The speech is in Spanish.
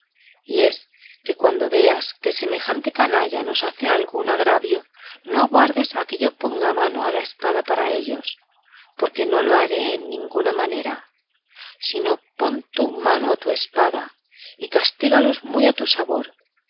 y es que cuando veas que semejante canalla nos hace algún agravio no aguardes a que yo ponga mano al espada para ellos porque no lo haré en ninguna manera sino pon tú mano a tu espada y castígalos muy a tu sabor